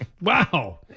Wow